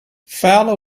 fowler